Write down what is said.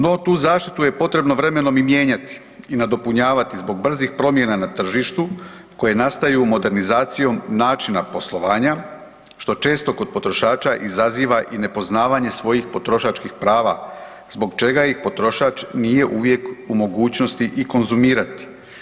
No, tu zaštitu je potrebno vremenom i mijenjati i nadopunjavati zbog brzih promjena na tržištu koje nastaju modernizacijom načina poslovanja što često kod potrošača izaziva i nepoznavanje svojih potrošačkih prava zbog čega ih potrošač nije uvijek u mogućnosti i konzumirati.